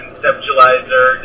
conceptualizer